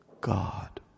God